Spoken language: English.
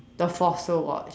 the fossil watch